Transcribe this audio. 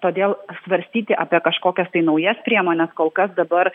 todėl svarstyti apie kažkokias tai naujas priemones kol kas dabar